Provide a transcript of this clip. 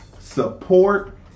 support